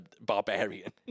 barbarian